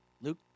Luke